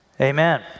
Amen